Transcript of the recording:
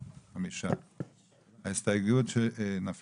5. הצבעה לא אושר ההסתייגויות נפלו.